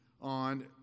on